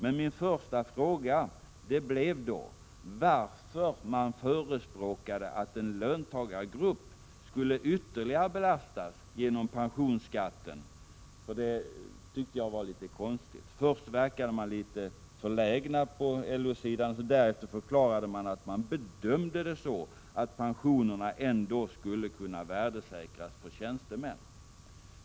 Men min första fråga blev varför man förespråkade att en löntagargrupp skulle ytterligare belastas genom pensionsskatten, för det tycker jag var litet konstigt. Först verkade man litet förlägen på LO-sidan. Därefter förklarade man att man bedömde det så, att pensionerna ändå skulle kunna värdesäkras för tjänstemän.